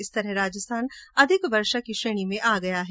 इस तरह राजस्थान अधिक वर्षा की श्रेणी में आ गया है